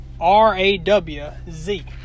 R-A-W-Z